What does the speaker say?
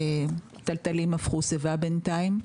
תלתלים הפכו שיבה בינתיים.